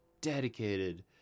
dedicated